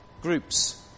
groups